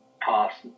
past